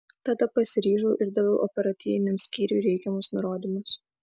tada pasiryžau ir daviau operatyviniam skyriui reikiamus nurodymus